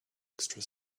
extra